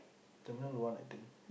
terminal one I think